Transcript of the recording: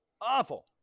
Awful